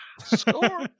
score